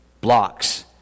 blocks